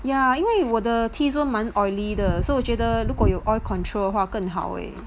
ya 因为我的 T zone 蛮 oily 的 so 我觉得如果有 oil control 话更好